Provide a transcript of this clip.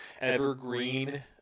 evergreen